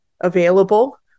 available